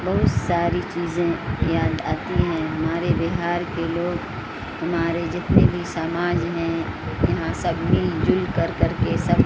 بہت ساری چیزیں یاد آتی ہیں ہمارے بہار کے لوگ ہمارے جتنے بھی سماج ہیں یہاں سب مل جل کر کر کے سب